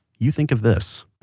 you think of this